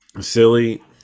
silly